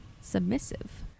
submissive